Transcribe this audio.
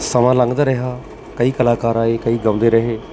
ਸਮਾਂ ਲੰਘਦਾ ਰਿਹਾ ਕਈ ਕਲਾਕਾਰ ਆਏ ਕਈ ਗਾਉਂਦੇ ਰਹੇ